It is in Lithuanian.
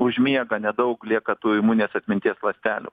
užmiega nedaug lieka tų imuninės atminties ląstelių